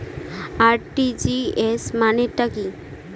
RTGS মানে টা কি?